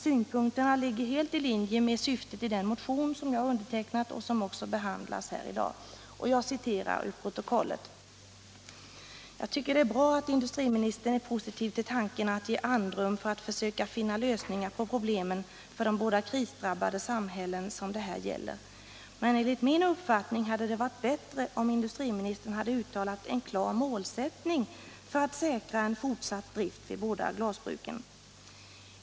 Synpunkterna ligger helt i linje med syftet i den motion som jag har undertecknat och som också behandlas här i dag. Jag citerar ur protokollet: ”Jag tycker det är bra att industriministern är positiv till tanken att ge andrum för att försöka finna lösningar på problemen för de båda krisdrabbade samhällen som det här gäller. Men enligt min uppfattning hade det varit ännu bättre om industriministern hade uttalat en klar målsättning för att säkra en fortsatt drift vid båda glasbruken.